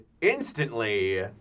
instantly